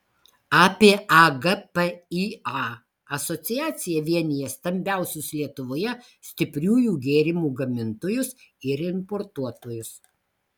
apie agpįa asociacija vienija stambiausius lietuvoje stipriųjų gėrimų gamintojus ir importuotojus